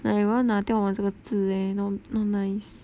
like 我要拿掉我这个痣 eh no not nice